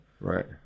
Right